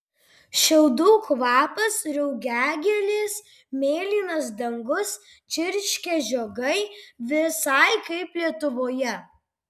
šiaudų kvapas rugiagėlės mėlynas dangus čirškia žiogai visai kaip lietuvoje